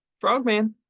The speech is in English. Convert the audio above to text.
Frogman